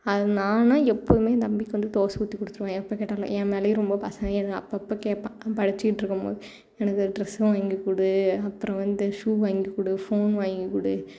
அது நான்னா எப்பவும் என் தம்பிக்கு வந்து தோசை ஊற்றி கொடுத்துருவேன் எப்போ கேட்டாலும் என் மேலேயும் ரொம்ப பாசம் என்னை அப்போ அப்போ கேட்பான் படிச்சுட்டு இருக்கும் போது எனக்கு ட்ரெஸ் வாங்கிக் கொடு அப்புறம் வந்து ஸூ வாங்கிக்கொடு ஃபோன் வாங்கிக்கொடு